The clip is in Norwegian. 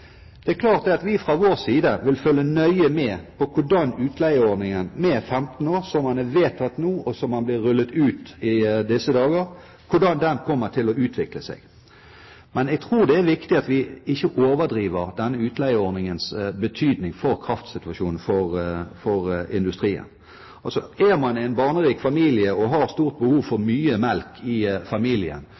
Det er klart at vi fra vår side vil følge nøye med på hvordan utleieordningen med 15 år – som er vedtatt nå, og som blir rullet ut i disse dager – kommer til å utvikle seg. Men jeg tror det er viktig at vi ikke overdriver denne utleieordningens betydning for kraftsituasjonen i industrien. Er man en barnerik familie og har stort behov for mye melk, sørger man for å få kontakt med en butikk som til enhver tid har melk i